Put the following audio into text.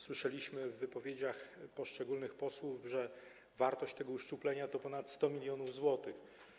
Słyszeliśmy w wypowiedziach poszczególnych posłów, że wartość tego uszczuplenia to ponad 100 mln zł.